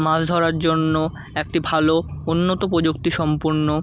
মাছ ধরার জন্য একটি ভালো উন্নত প্রযুক্তি সম্পন্ন